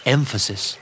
Emphasis